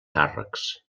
càrrecs